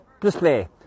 display